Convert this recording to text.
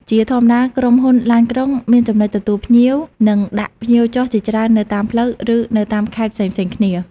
ជាធម្មតា ក្រុមហ៊ុនឡានក្រុងមានចំណុចទទួលភ្ញៀវ និងដាក់ភ្ញៀវចុះជាច្រើននៅតាមផ្លូវ ឬនៅតាមខេត្តផ្សេងៗគ្នា។